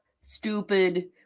stupid